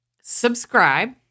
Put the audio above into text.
subscribe